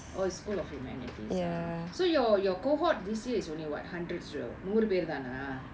oh school of humanities ah so your your cohort this year is only what hundred stu~ நூறு பேரு தானா:nooru peru thaanaa